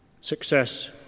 Success